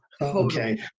okay